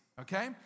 okay